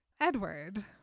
edward